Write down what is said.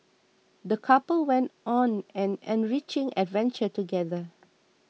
the couple went on an enriching adventure together